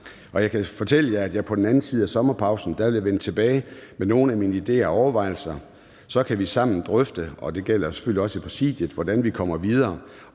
Jeg kan fortælle jer, at jeg på den anden side af sommerpausen vil vende tilbage med nogle af mine idéer og overvejelser. Så kan vi sammen drøfte, og det gælder selvfølgelig også i Præsidiet, hvordan vi kommer videre.